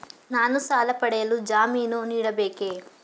ನಾನು ಸಾಲ ಪಡೆಯಲು ಜಾಮೀನು ನೀಡಬೇಕೇ?